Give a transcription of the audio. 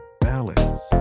balance